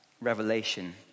revelation